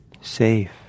safe